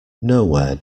nowhere